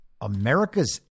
America's